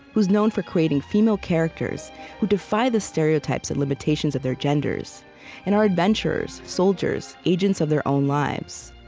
who is known for creating female characters who defy the stereotypes and limitations of their genders and are adventurers, soldiers, agents of their own lives.